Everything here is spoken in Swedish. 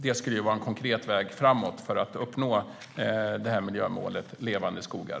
Det skulle vara en konkret väg framåt för att uppnå miljömålet Levande skogar.